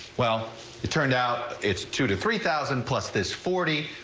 well it turned out it's two to three thousand plus this forty,